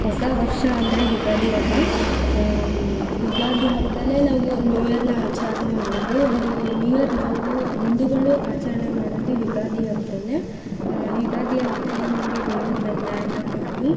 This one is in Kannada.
ಹೊಸ ವರ್ಷ ಅಂದರೆ ಯುಗಾದಿ ಹಬ್ಬ ಯುಗಾದಿ ಹಬ್ಬದಲ್ಲೇ ನಾವು ನ್ಯೂ ಇಯರನ್ನು ಆಚರ್ಣೆ ಮಾಡೋದು ಅದು ನ್ಯೂ ಇಯರ್ ನಾವು ಹಿಂದೂಗಳು ಆಚರಣೆ ಮಾಡೋದು ಯುಗಾದಿ ಹಬ್ಬದಲ್ಲೇ ಯುಗಾದಿ ಹಬ್ಬದಲ್ಲಿ ನಮಗೆ ಬೇವು ಬೆಲ್ಲ ಎಲ್ಲ ಕೊಟ್ಟು